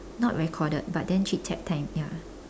not recorded but then chit chat time ya